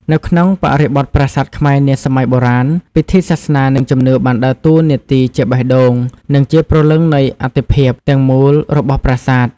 នៅក្នុងបរិបទប្រាសាទខ្មែរនាសម័យបុរាណ ពិធីសាសនា និងជំនឿបានដើរតួនាទីជាបេះដូង និងជាព្រលឹងនៃអត្ថិភាពទាំងមូលរបស់ប្រាសាទ។